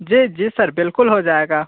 जी जी सर बिल्कुल हो जाएगा